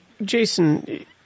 Jason